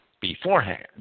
beforehand